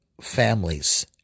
families